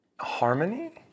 harmony